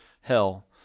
hell